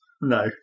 No